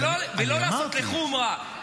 ולא לעשות לחומרה,